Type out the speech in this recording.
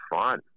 fun